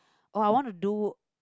oh I want to do